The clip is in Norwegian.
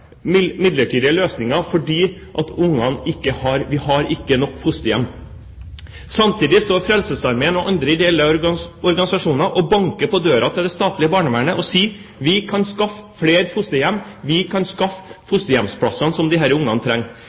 midlertidige løsninger fordi vi ikke har nok fosterhjem. Samtidig står Frelsesarmeen og andre ideelle organisasjoner og banker på døren til det statlige barnevernet og sier: Vi kan skaffe flere fosterhjem, vi kan skaffe de fosterhjemsplassene som disse barna trenger.